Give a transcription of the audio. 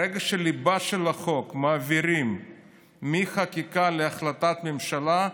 ברגע שאת הליבה של החוק מעבירים מחקיקה להחלטת ממשלה,